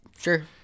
Sure